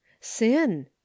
sin